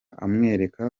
amwereka